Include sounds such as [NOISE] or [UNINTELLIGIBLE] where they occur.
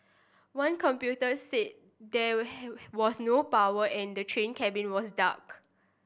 one computer said there [UNINTELLIGIBLE] was no power and the train cabin was dark